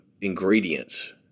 ingredients